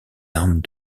armes